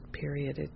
period